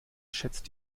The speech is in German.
schätzt